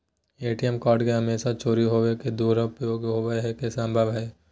ATM card के हमेशा चोरी होवय और दुरुपयोग होवेय के संभावना हइ